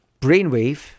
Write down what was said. brainwave